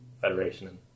Federation